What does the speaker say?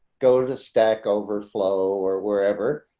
go to the stack overflow or wherever.